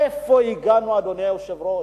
לאן הגענו, אדוני היושב-ראש?